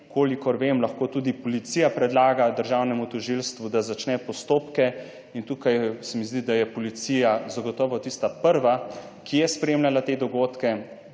Kolikor vem, lahko tudi policija predlaga državnemu tožilstvu, da začne postopke in tukaj se mi zdi, da je policija zagotovo tista prva, ki je spremljala te dogodke,